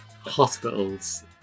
Hospitals